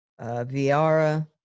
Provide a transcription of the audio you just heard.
Viara